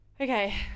Okay